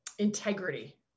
integrity